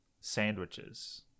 Sandwiches